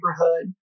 neighborhood